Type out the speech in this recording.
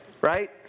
Right